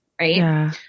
right